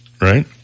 right